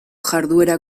jarduera